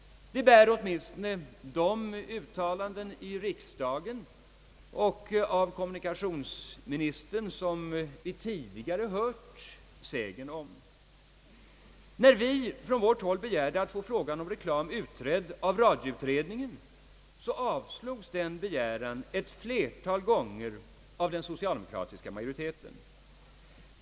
Det bär åtminstone uttalanden i riksdagen och av kommunikationsministern som vi tidigare hört sägen om. När vi från vårt håll begärde att få frågan om reklamen utredd av radioutredningen, så avslogs denna begäran ett flertal gånger av den socialdemokratiska majoriteten.